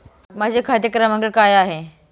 माझा खाते क्रमांक काय आहे?